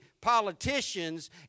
politicians